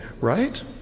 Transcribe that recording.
right